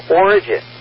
origin